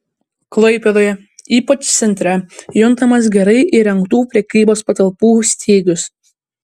klaipėdoje ypač centre juntamas gerai įrengtų prekybos patalpų stygius